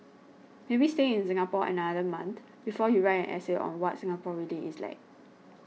maybe stay in Singapore another month before you write an essay on what Singapore really is like